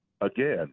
Again